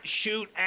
shoot